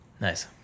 nice